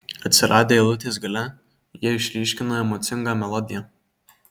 atsiradę eilutės gale jie išryškina emocingą melodiją